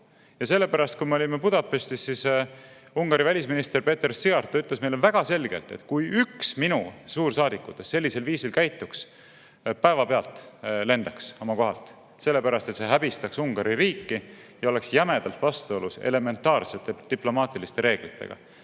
Ja sellepärast, kui me olime Budapestis, Ungari välisminister Péter Szijjártó ütles meile väga selgelt, et kui üks tema suursaadikutest sellisel viisil käituks, siis ta päevapealt lendaks oma kohalt, sellepärast et see häbistaks Ungari riiki ja oleks jämedalt vastuolus elementaarsete diplomaatiliste reeglitega,